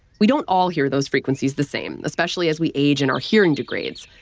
we don't all hear those frequencies the same, especially as we age and our hearing degrades,